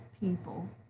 people